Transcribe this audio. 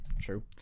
True